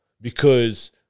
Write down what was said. because-